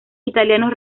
italianos